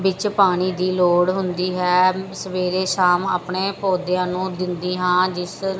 ਵਿੱਚ ਪਾਣੀ ਦੀ ਲੋੜ ਹੁੰਦੀ ਹੈ ਸਵੇਰੇ ਸ਼ਾਮ ਆਪਣੇ ਪੌਦਿਆਂ ਨੂੰ ਦਿੰਦੀ ਹਾਂ ਜਿਸ